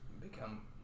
become